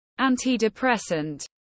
antidepressant